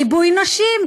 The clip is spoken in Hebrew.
ריבוי נשים,